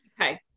Okay